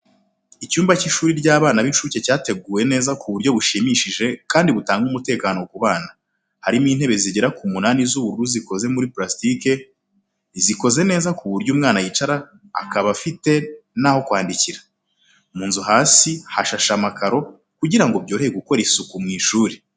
Icyumba cy’ishuri ry'abana b’incuke cyateguwe neza ku buryo bushimishije kandi butanga umutekano ku bana. Harimo intebe zigera ku munani z'ubururu zikoze muri purasitike. Zikoze neza ku buryo umwana yicara akaba afite n'aho kwandikira. Mu nzu hasi hashashe amakaro kugira ngo byorohe gukora isuku mu ishuri.